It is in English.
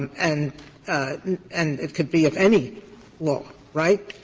and and it could be of any law, right?